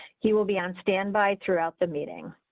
he will be on standby throughout the meeting.